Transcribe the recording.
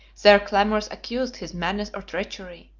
their clamors accused his madness or treachery.